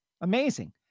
amazing